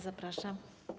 Zapraszam.